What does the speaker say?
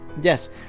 Yes